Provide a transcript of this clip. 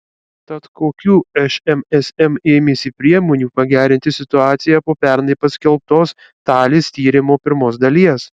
tad kokių šmsm ėmėsi priemonių pagerinti situaciją po pernai paskelbtos talis tyrimo pirmos dalies